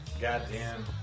goddamn